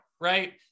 right